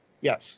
Yes